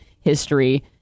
history